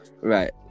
right